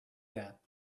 that